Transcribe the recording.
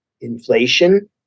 inflation